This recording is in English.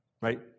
right